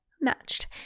matched